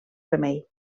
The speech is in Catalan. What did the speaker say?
remei